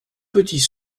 petits